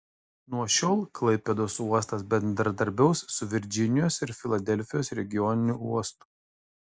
nuo šiol klaipėdos uostas bendradarbiaus su virdžinijos ir filadelfijos regioniniu uostu